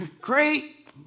Great